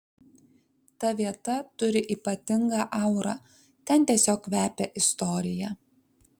ta vieta turi ypatingą aurą ten tiesiog kvepia istorija